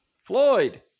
Floyd